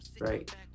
right